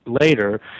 later